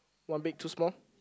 one big two small